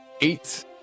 eight